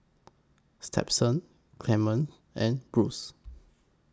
Stepsen Clemens and Bruce